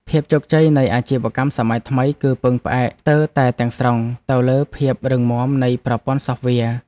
ភាពជោគជ័យនៃអាជីវកម្មសម័យថ្មី គឺពឹងផ្អែកស្ទើរតែទាំងស្រុងទៅលើភាពរឹងមាំនៃប្រព័ន្ធសូហ្វវែរ។